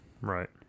Right